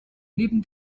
neben